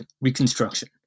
reconstruction